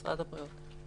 משרד הבריאות.